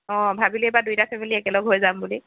অ' ভাবিলোঁ এইবাৰ দুইটা ফেম ইলী একেলগ হৈ যাম বুলি